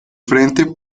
frente